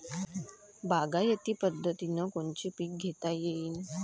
बागायती पद्धतीनं कोनचे पीक घेता येईन?